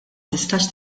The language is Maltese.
tistax